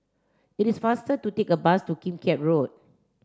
it is faster to take a bus to Kim Keat Road